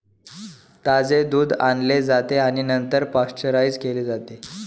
ताजे दूध आणले जाते आणि नंतर पाश्चराइज केले जाते